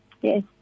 yes